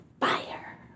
fire